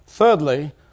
Thirdly